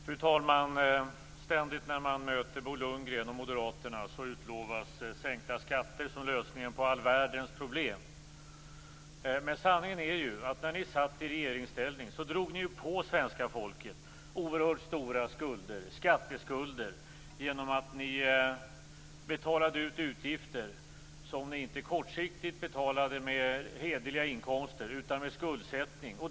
Fru talman! När man möter Bo Lundgren och Moderaterna utlovas ständigt sänkta skatter som lösningen på all världens problem. Sanningen är ju att ni, när ni satt i regeringsställning, drog på svenska folket oerhört stora skatteskulder genom att ni inte betalade utgifter kortsiktigt med hederliga inkomster utan med skuldsättning.